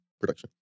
production